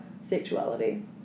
sexuality